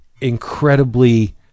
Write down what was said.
incredibly